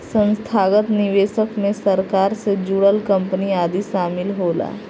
संस्थागत निवेशक मे सरकार से जुड़ल कंपनी आदि शामिल होला